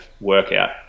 workout